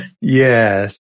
Yes